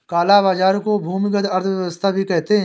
काला बाजार को भूमिगत अर्थव्यवस्था भी कहते हैं